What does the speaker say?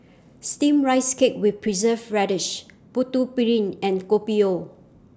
Steamed Rice Cake with Preserved Radish Putu Piring and Kopi O